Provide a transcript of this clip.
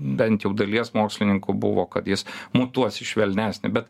bent jau dalies mokslininkų buvo kad jis mutuos į švelnesnį be